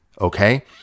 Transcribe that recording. Okay